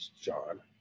John